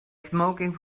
smoking